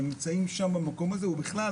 הם נמצאים שם במקום הזה ובכלל,